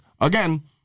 again